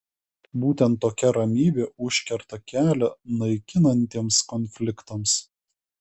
būtent tokia ramybė užkerta kelią naikinantiems konfliktams